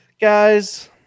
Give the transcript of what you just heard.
Guys